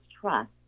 Trust